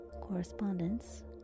Correspondence